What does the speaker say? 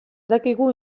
dakigu